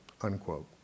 unquote